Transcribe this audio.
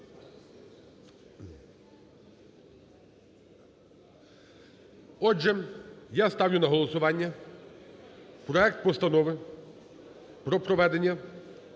Отже, я ставлю на голосування проект Постанови про проведення